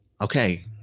okay